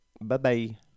bye-bye